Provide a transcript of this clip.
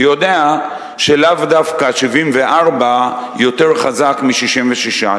יודע שלאו דווקא 74 יותר חזק מ-66.